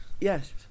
Yes